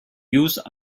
use